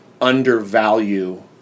undervalue